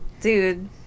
Dude